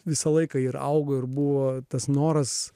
visą laiką ir augo ir buvo tas noras